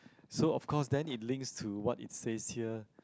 so of course then it links to what is says here